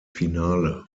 finale